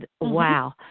Wow